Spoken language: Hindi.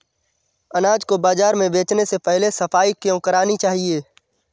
अनाज को बाजार में बेचने से पहले सफाई क्यो करानी चाहिए?